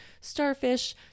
starfish